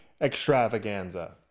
extravaganza